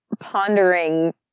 pondering